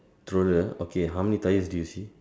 troller okay how many tyres do you see